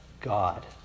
God